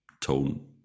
tone